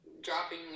Dropping